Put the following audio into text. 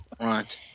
Right